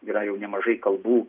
yra jau nemažai kalbų